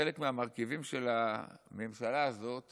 חלק מהמרכיבים של הממשלה הזאת